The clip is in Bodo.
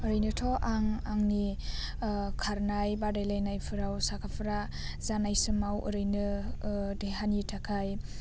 ओरैनोथ' आं आंनि खारनाय बादायलायनायफोराव साखाफारा जानाय समाव ओरैनो देहानि थाखाय